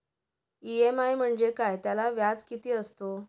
EMI म्हणजे काय? त्याला व्याज किती असतो?